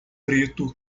preto